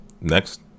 Next